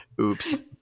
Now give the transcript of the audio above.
oops